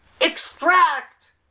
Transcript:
extract